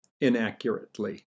inaccurately